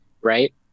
right